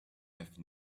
have